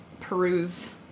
peruse